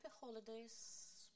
holidays